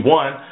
one